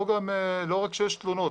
לא רק כשיש תלונות,